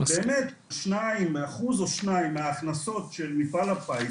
באמת אחוז או שניים מההכנסות של מפעל הפיס